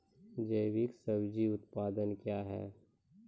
जैविक सब्जी उत्पादन क्या हैं?